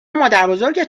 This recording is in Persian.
مادربزرگت